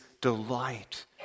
delight